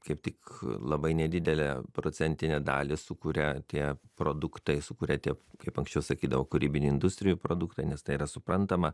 kaip tik labai nedidelę procentinę dalį sukuria tie produktai sukuria tie kaip anksčiau sakydavo kūrybinių industrijų produktai nes tai yra suprantama